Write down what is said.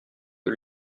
que